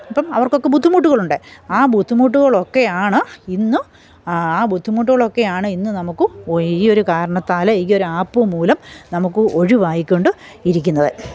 അപ്പം അവര്ക്കൊക്കെ ബുദ്ധിമുട്ടുകളുണ്ട് ആ ബുദ്ധിമുട്ടുകള് ഒക്കെയാണ് ഇന്ന് ആ ബുദ്ധിമുട്ടുകളൊക്കെയാണ് ഇന്ന് നമുക്ക് ഈ ഒരു കാരണത്താൽ ഈ ഒരു ആപ്പ് മൂലം നമുക്ക് ഒഴിവായിക്കൊണ്ട് ഇരിക്കുന്നത്